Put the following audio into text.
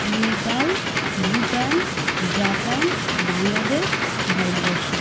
Nepal Bhutan Japan Bangladesh Bharatvarsha